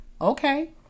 Okay